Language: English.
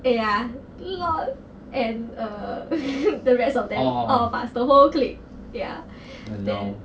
ya L_O_L and err the rest of them all of us the whole clique ya then